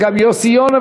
וגם יוסי יונה,